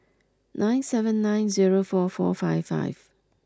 nine seven nine zero four four five five